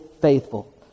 faithful